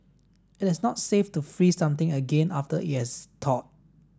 it is not safe to freeze something again after it has thawed